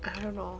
I don't know